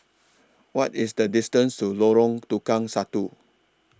What IS The distance to Lorong Tukang Satu